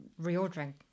reordering